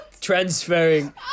transferring